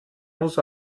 muss